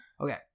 Okay